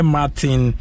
Martin